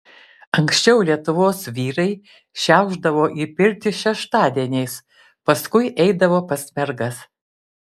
anksčiau lietuvos vyrai šiaušdavo į pirtį šeštadieniais paskui eidavo pas mergas